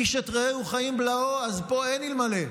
איש את רעהו חיים בלעו" אז פה אין אלמלא.